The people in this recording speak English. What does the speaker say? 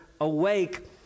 awake